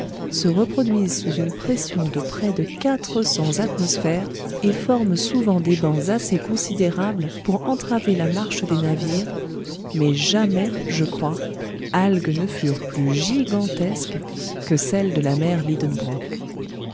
se reproduisent sous une pression de près de quatre cents atmosphères et forment souvent des bancs assez considérables pour entraver la marche des navires mais jamais je crois algues ne furent plus gigantesques que celles de la mer